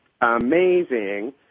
amazing